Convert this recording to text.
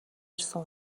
ирсэн